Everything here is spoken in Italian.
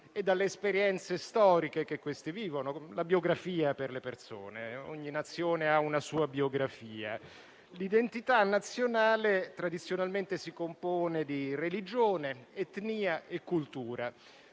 e dalle esperienze storiche che questi vivono, la biografia per le persone. Ogni Nazione ha una sua biografia. L'identità nazionale tradizionalmente si compone di religione, etnia e cultura.